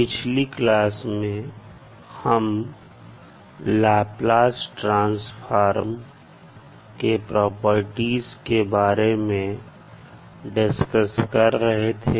पिछली क्लास में हम लाप्लास ट्रांसफॉर्म के प्रॉपर्टीज के बारे में डिस्कस कर रहे थे